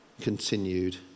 continued